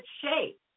shape